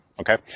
Okay